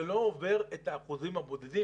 אבל זה לא עובר את האחוזים הבודדים.